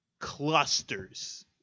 clusters